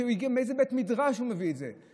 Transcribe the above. אלה דברים שהגיעו, מאיזה בית מדרש הוא מביא את זה?